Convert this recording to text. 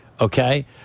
Okay